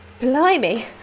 Blimey